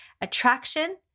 attraction